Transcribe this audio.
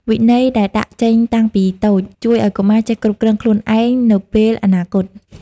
វិន័យដែលដាក់ចេញតាំងពីតូច ជួយឱ្យកុមារចេះគ្រប់គ្រងខ្លួនឯងនៅពេលអនាគត។